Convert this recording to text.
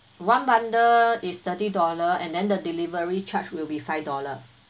one bundle is thirty dollar and then the delivery charge will be five dollar